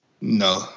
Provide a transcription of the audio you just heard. No